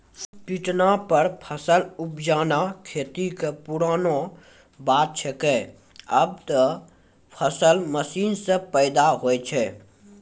पिटना पर फसल उपजाना खेती कॅ पुरानो बात छैके, आबॅ त फसल मशीन सॅ पैदा होय छै